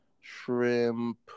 Shrimp